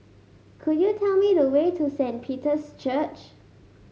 could you tell me the way to Saint Peter's Church